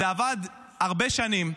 זה עבד הרבה שנים.